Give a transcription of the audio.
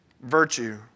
virtue